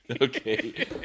Okay